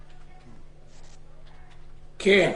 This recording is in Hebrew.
כן.